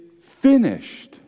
finished